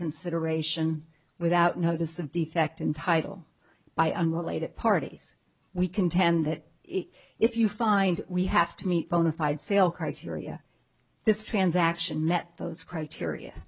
consideration without notice of defect in title by unrelated parties we contend that if you find we have to meet bona fide fail criteria this transaction met those criteria